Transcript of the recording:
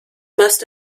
must